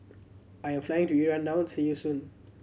I'm flying to Iran now see you soon